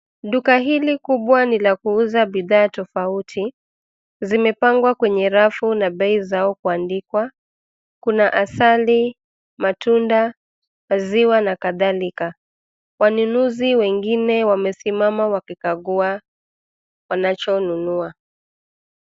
Duka hili kubwa ni la kuuza bidhaa tofauti, zimepangwa kwenye rafu na bei zao kuandikwa, kuna asali, matunda, maziwa na kadhalika, wanunuzi wengine wamesimama wakikagua wanachonunua.